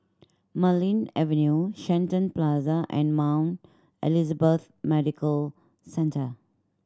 Marlene Avenue Shenton Plaza and Mount Elizabeth Medical Centre